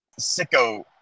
Sicko